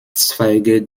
zweige